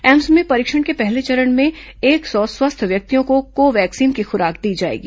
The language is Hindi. एम्स में परीक्षण के पहले चरण में एक सौ स्वस्थ व्यक्तियों को कोवैक्सीन की खुराक दी जायेगी